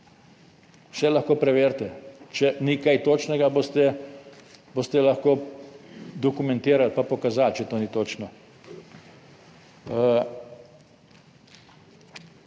vse lahko preverite, če ni kaj točnega, boste, boste lahko dokumentirali, pa pokazali, če to ni točno.